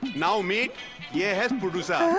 now meet yeah producer